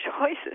choices